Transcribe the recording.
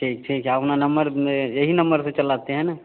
ठीक ठीक है आप अपना नंबर यही नंबर से चलाते हैं ना